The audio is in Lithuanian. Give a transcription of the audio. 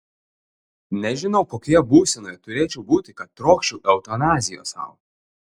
nežinau kokioje būsenoje turėčiau būti kad trokščiau eutanazijos sau